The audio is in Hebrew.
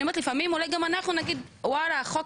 אני אומרת לפעמים אולי גם אנחנו נגיד וואלה החוק